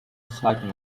sacking